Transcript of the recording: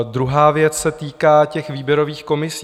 Druhá věc se týká výběrových komisí.